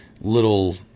little